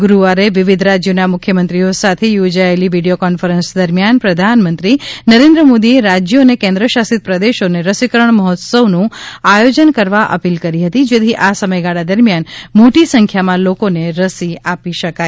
ગુરુવારે વિવિધ રાજ્યોના મુખ્યમંત્રીઓ સાથે યોજાયેલી વિડીયો કોન્ફરન્સ દરમિયાન પ્રધાનમંત્રી નરેન્દ્ર મોદીએ રાજ્યો અને કેન્દ્ર શાસિત પ્રદેશોને રસીકરણ મહોત્સવનું આયોજન કરવા અપીલ કરી હતી જેથી આ સમયગાળા દરમિયાન મોટી સંખ્યામાં લોકોને રસી આપી શકાય